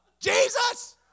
Jesus